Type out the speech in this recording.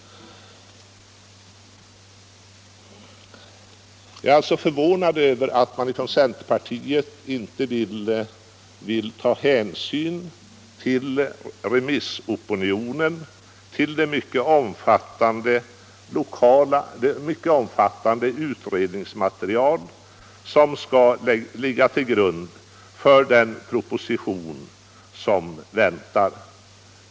Jag är alltså förvånad över att centerpartiet inte vill ta hänsyn till remissopinionen, till det mycket omfattande utredningsarbete som skall ligga till grund för den proposition som väntas.